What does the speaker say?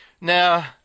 Now